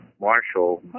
Marshall